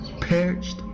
perched